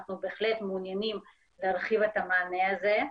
אנחנו בהחלט מעוניינים להרחיב את המענה הזה.